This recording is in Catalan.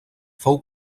fou